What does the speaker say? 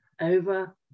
over